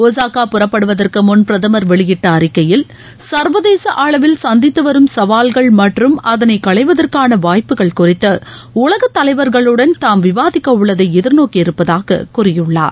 Osaka புறப்படுவதற்குமுன் பிரதமர் வெளியிட்ட அறிக்கையில் சர்வதேச அளவில் சந்தித்து வரும் சவால்கள் மற்றும் அதனை களைவதற்கான வாய்ப்புகள் குறித்து உலகத் தலைவர்களுடன் தாம் விவாதிக்க உள்ளதை எதிர்நோக்கி இருப்பதாக கூறியுள்ளார்